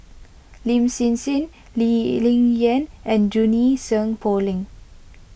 Lin Hsin Hsin Lee Ling Yen and Junie Sng Poh Leng